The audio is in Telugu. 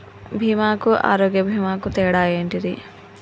బీమా కు ఆరోగ్య బీమా కు తేడా ఏంటిది?